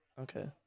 Okay